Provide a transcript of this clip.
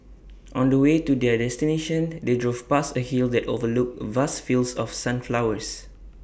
on the way to their destination they drove past A hill that overlooked vast fields of sunflowers